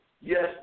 yes